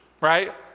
Right